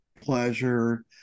pleasure